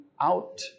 out